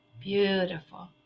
beautiful